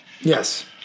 Yes